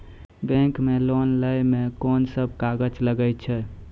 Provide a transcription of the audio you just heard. Bank मे loan लै मे कोन सब कागज लागै छै?